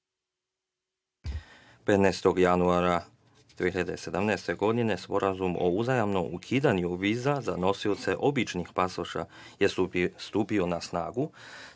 15. januara 2017. godine Sporazum o uzajamnom ukidanju viza za nosioce običnih pasoša je stupio na snagu.